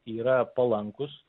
yra palankūs